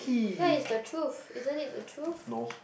that is the truth isn't it the truth